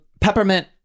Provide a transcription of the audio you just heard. Peppermint